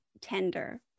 tender